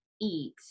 eat